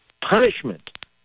punishment